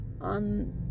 on